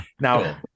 now